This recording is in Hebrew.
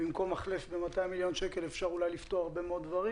במקום מחלף ב-200 מיליון שקל אפשר היה אולי לפתור הרבה מאוד דברים.